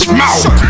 mouth